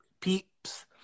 peeps